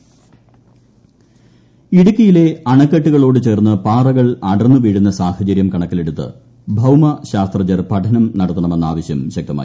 dam intro ഇടുക്കിയിലെ അണക്കെട്ടുകളോടു ചേർന്ന് പാറകൾ അടർന്നു വീഴുന്ന സാഹചര്യം കണക്കിലെടുത്ത് ഭൌമശാസ്ത്രജ്ഞർ പഠനം നടത്തണമെന്ന ആവശ്യം ശക്തമായി